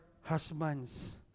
husband's